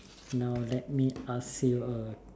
now let me ask you a